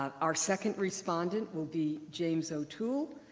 our second respondent will be james o'toole,